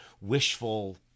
wishful